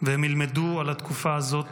והם ילמדו על התקופה הזאת